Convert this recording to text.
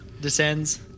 descends